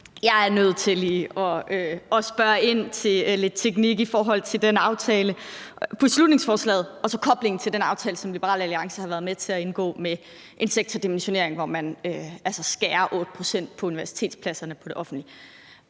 Jeg er nødt til lige at spørge ind til lidt teknik i forhold til beslutningsforslaget og så koblingen til den aftale, som Liberal Alliance har været med til at indgå, om en sektordimensionering, hvor man altså skærer 8 pct. af universitetspladserne på de offentlige